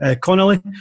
Connolly